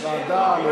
ועדה?